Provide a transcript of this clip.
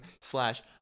slash